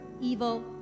evil